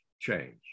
change